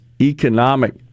economic